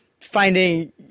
finding